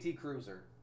Cruiser